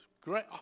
great